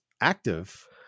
active